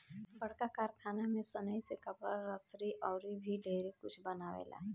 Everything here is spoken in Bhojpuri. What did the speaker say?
बड़का कारखाना में सनइ से कपड़ा, रसरी अउर भी ढेरे कुछ बनावेला